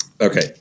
okay